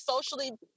socially